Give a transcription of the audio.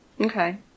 Okay